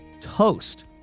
Toast